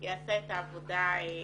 שזה יעשה את העבודה היטב.